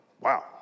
Wow